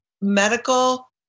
medical